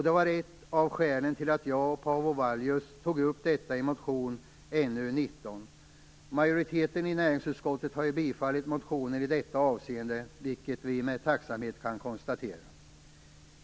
Det var ett av skälen till att jag och Paavo Vallius tog upp detta i motion Nu19. Majoriteten i näringsutskottet har tillstyrkt motionen i detta avseende, vilket vi med tacksamhet kan konstatera.